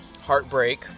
heartbreak